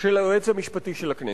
של היועץ המשפטי של הכנסת,